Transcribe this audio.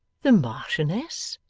the marchioness?